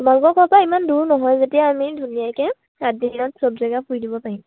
পৰা ইমান দূৰ নহয় যেতিয়া আমি ধুনীয়াকে চব জেগা ফুৰি দিব পাৰিম